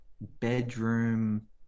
bedroom